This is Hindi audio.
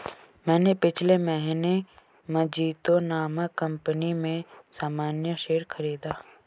मैंने पिछले महीने मजीतो नामक कंपनी में सामान्य शेयर खरीदा